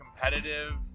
competitive